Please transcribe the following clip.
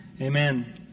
amen